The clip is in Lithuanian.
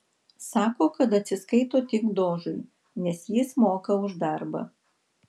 sako kad atsiskaito tik dožui nes jis moka už darbą